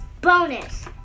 bonus